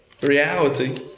Reality